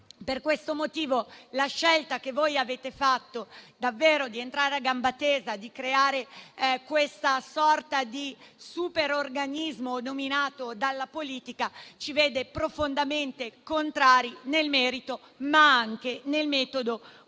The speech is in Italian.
Per questo motivo, la scelta che voi avete fatto, di entrare a gamba tesa e di creare questa sorta di super organismo nominato dalla politica, ci vede profondamente contrari nel merito, ma anche nel metodo